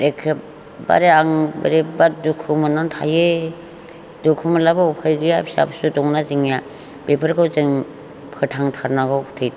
एखेबारे आं बोरैबा दुखु मोन्नानै थायो दुखु मोनब्लाबो उफाय गैया फिसा फिसौ दंना जोंनिया बेफोरखौ जों फोथां थारनांगौ